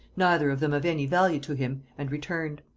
neither of them of any value to him, and returned.